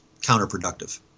counterproductive